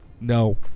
No